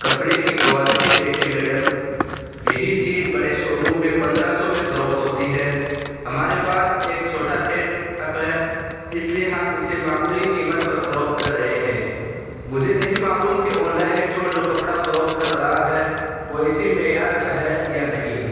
کپڑے کی کوالٹی دیکھیں میڈم یہی چیز بڑے شو روم میں پندرہ سو میں فروخت ہوتی ہے ہمارے پاس ایک چھوٹا سیٹ اپ ہے اس لیے ہم اسے معمولی قیمت پر فروخت کر رہے ہیں مجھے نہیں معلوم کہ آن لائن اسٹور جو کپڑا فروخت کر رہا ہے وہ اسی معیار کا ہے یا نہیں